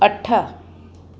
अठ